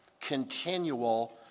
continual